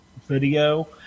video